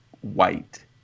white